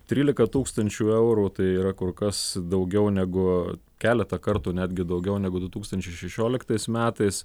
trylika tūkstančių eurų tai yra kur kas daugiau negu keletą kartų netgi daugiau negu du tūkstančiai šešioliktais metais